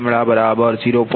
તેથી 0